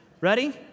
Ready